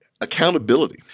accountability